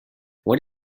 what